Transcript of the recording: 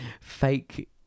fake